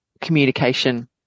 communication